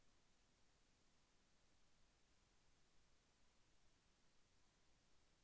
ఇరవై metric ton పత్తి దించటానికి లేబర్ ఛార్జీ ఎంత?